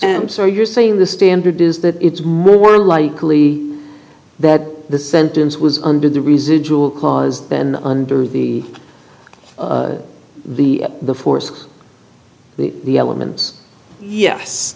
and so you're saying the standard is that it's more likely that the sentence was under the residual clause then under the the force of the elements yes